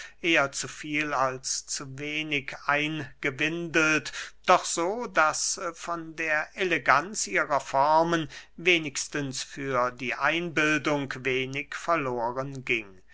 eher zu viel als zu wenig eingewindelt doch so daß von der eleganz ihrer formen wenigstens für die einbildung wenig verloren ging